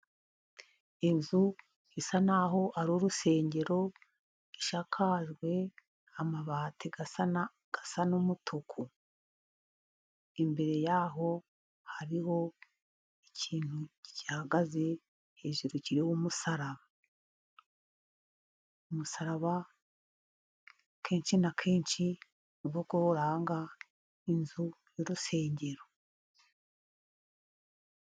Inzu isa n'aho ari urusengero, ishakajwe amabati asa n'umutuku. Imbere yaho hariho ikintu gihagaze hejuru kiriho umusaraba. Umusaraba kenshi na kenshi ni wo uranga inzu y'urusengero.